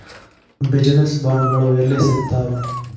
Business ಬಾಂಡ್ಗಳು ಯೆಲ್ಲಿ ಸಿಗ್ತಾವ?